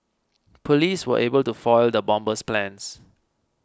police were able to foil the bomber's plans